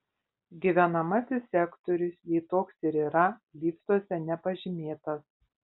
gyvenamasis sektorius jei toks ir yra liftuose nepažymėtas